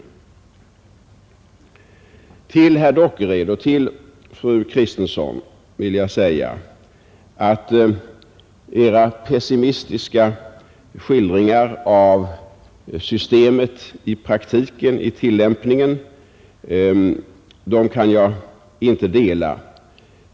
Jag kan inte dela herr Dockereds och fru Kristenssons pressimistiska skildringar av systemet i dess praktiska tillämpning.